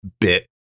bit